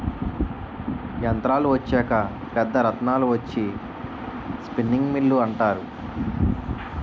యంత్రాలు వచ్చాక పెద్ద రాట్నాలు వచ్చి స్పిన్నింగ్ మిల్లు అంటారు